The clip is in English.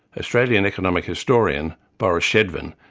australian economic historian, boris shedwin,